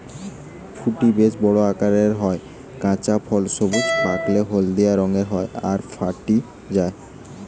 ফুটি বেশ বড় আকারের হয়, কাঁচা ফল সবুজ, পাকলে হলদিয়া রঙের হয় আর ফাটি যায়